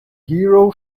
hero